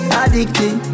addicted